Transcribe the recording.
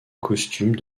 costume